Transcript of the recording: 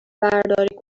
برداری